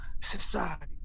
society